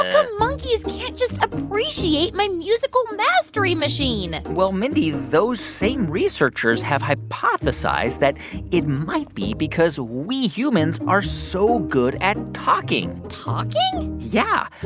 ah monkeys can't just appreciate my musical mastery machine? well, mindy, those same researchers have hypothesized that it might be because we humans are so good at talking talking? yeah.